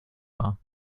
war